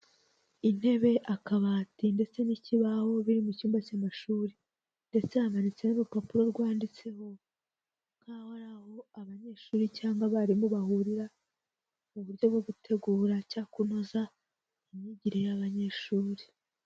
Intebe, akabati ndetse n'ikibaho biri mu cyumba cy'amashuri, ndetse hamanitseho urupapuro rwanditseho ko aho ari aho abanyeshuri cyangwa abarimu bahurira mu buryo bwo gutegura cyangwa kunoza imyigire y'abanyeshuri.